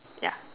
ya